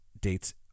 dates